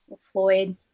Floyd